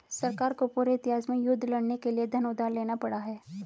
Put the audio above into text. सरकारों को पूरे इतिहास में युद्ध लड़ने के लिए धन उधार लेना पड़ा है